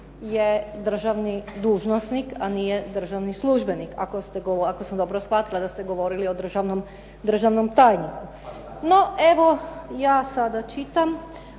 je državni dužnosnik, a nije državni službenik. Ako sam dobro shvatila da ste govorili o državnom tajniku. No, evo ja sada čitam,